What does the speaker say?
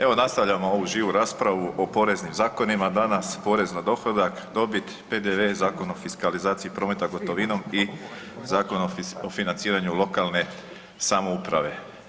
Evo nastavljamo ovu živu raspravu o poreznim zakonima danas, porez na dohodak, dobit, PDV, Zakon o fiskalizaciji prometa gotovinom i Zakon o financiranju lokalne samouprave.